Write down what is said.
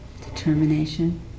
determination